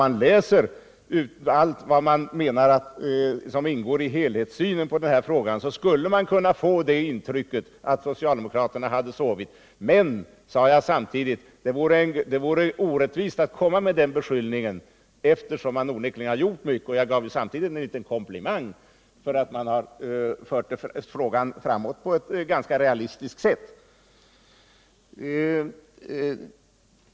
Jag framhöll att man efter att ha läst allt av uppgifter som ingår i helhetssynen på denna fråga skulle kunna få det intrycket att socialdemokraterna har sovit. Men jag sade samtidigt att det vore orättvist att komma med den beskyllningen, eftersom de onekligen gjort mycket. Jag gav dem en komplimang för att de fört frågan framåt på ett ganska realistiskt sätt.